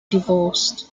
divorced